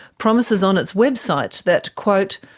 promises on its website that, quote,